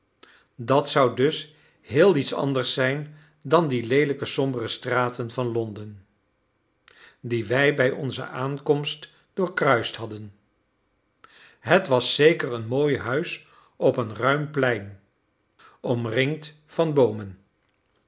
dat zou dus heel iets anders zijn dan die leelijke sombere straten van londen die wij bij onze aankomst doorkruist hadden het was zeker een mooi huis op een ruim plein omringd van boomen